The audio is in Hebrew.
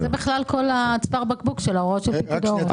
זה צוואר הבקבוק של הוראות פיקוד העורף.